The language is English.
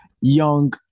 Young